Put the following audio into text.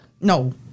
No